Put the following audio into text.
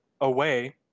away